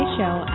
Show